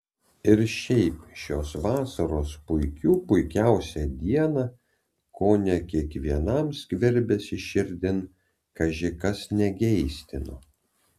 ir šiaip šios vasaros puikių puikiausią dieną kone kiekvienam skverbėsi širdin kaži kas negeistino